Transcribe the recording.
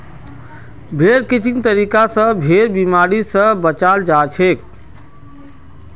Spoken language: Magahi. भेड़ क्रचिंग तरीका स भेड़क बिमारी स बचाल जाछेक